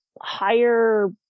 higher